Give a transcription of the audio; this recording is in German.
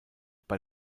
bei